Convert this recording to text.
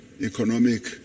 economic